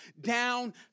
down